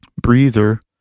breather